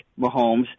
Mahomes